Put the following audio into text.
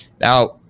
Now